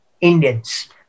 Indians